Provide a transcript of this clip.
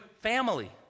family